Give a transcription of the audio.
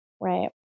Right